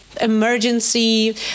emergency